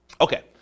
Okay